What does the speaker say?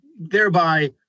thereby